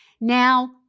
Now